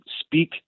speak